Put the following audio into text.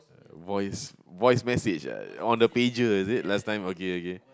voice voice message ah on the pager is it last time okay okay